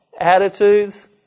attitudes